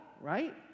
right